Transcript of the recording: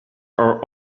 are